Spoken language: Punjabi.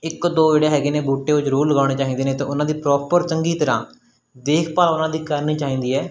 ਇੱਕ ਦੋ ਜਿਹੜੇ ਹੈਗੇ ਨੇ ਬੂਟੇ ਉਹ ਜ਼ਰੂਰ ਲਗਾਉਣੇ ਚਾਹੀਦੇ ਨੇ ਅਤੇ ਉਹਨਾਂ ਦੀ ਪ੍ਰੋਪਰ ਚੰਗੀ ਤਰ੍ਹਾਂ ਦੇਖਭਾਲ ਉਹਨਾਂ ਦੀ ਕਰਨੀ ਚਾਹੀਦੀ ਹੈ